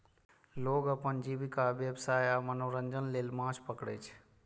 लोग अपन जीविका, व्यवसाय आ मनोरंजन लेल माछ पकड़ै छै